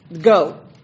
go